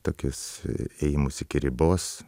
tokius ėjimus iki ribos